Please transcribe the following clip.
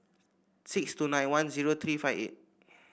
six two nine one zero three five eight